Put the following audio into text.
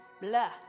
blah